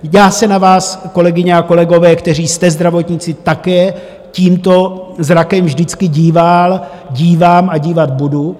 Já se na vás, kolegyně a kolegové, kteří jste zdravotníci, také tímto zrakem vždycky díval, dívám a dívat budu.